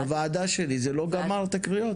בוועדה שלי, זה לא גמר את הקריאות?